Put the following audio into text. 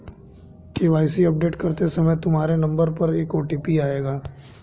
KYC update करते समय तुम्हारे नंबर पर एक ओ.टी.पी आएगा